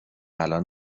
الان